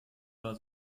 war